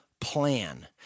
plan